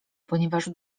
ponieważ